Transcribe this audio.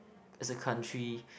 as a country